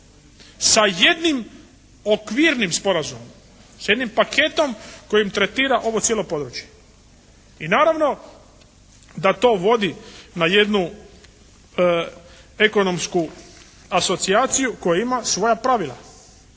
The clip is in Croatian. sa jednim okvirnim sporazumom, sa jednim paketom kojim tretira ovo cijelo područje. I naravno da to vodi na jednu ekonomsku asocijaciju koja ima svoja pravila,